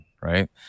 Right